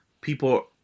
people